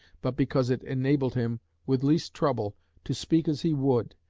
but because it enabled him with least trouble to speak as he would,